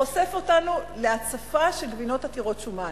חושף אותנו להצפה של גבינות עתירות שומן.